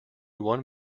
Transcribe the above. one